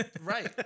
Right